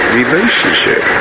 relationship